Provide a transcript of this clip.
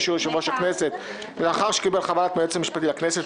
באישור יושב ראש הכנסת לאחר שקיבל חוות דעת מהיועץ המשפטי לכנסת,